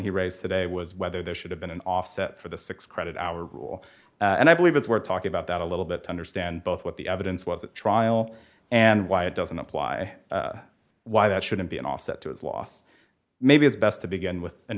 he raised today was whether there should have been an offset for the six credit hour rule and i believe it's worth talking about that a little bit to understand both what the evidence was at trial and why it doesn't apply why that shouldn't be an offset to the law maybe it's best to begin with an